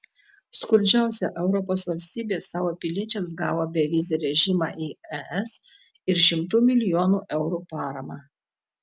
skurdžiausia europos valstybė savo piliečiams gavo bevizį režimą į es ir šimtų milijonų eurų paramą